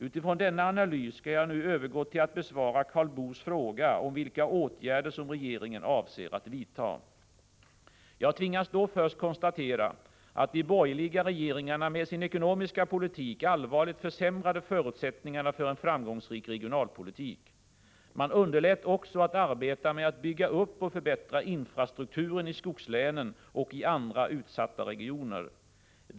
Utifrån denna analys skall jag nu övergå till att besvara Karl Boos fråga om vilka åtgärder som regeringen avser att vidta. Jag tvingas då först konstatera att de borgerliga regeringarna med sin ekonomiska politik allvarligt försämrade förutsättningarna för en framgångsrik regionalpolitik. Man underlät också att arbeta med att bygga upp och förbättra infrastrukturen i skogslänen och i andra utsatta regioner.